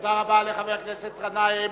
תודה רבה לחבר הכנסת גנאים.